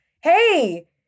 Hey